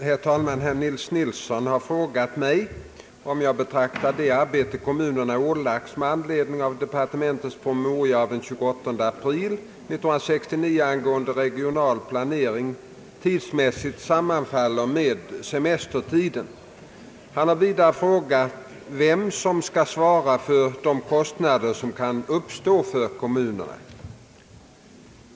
Herr talman! Herr Nils Nilsson har frågat mig om jag beaktat att det arbete kommunerna ålagts med anledning av departementets promemoria av den 28 april 1969 angående regional pla nering tidsmässigt sammanfaller med semestertider. Han har vidare frågat vem som skall svara för de kostnader som kan uppstå för kommunerna.